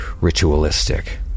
ritualistic